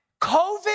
COVID